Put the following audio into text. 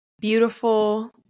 Beautiful